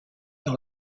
dans